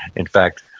in fact,